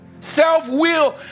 self-will